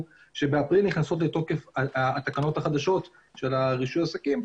הוא שבאפריל נכנסות לתוקף התקנות החדשות של רישוי העסקים,